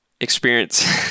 Experience